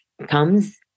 comes